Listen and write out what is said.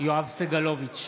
יואב סגלוביץ'